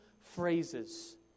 phrases